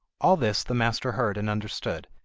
all this the master heard and understood,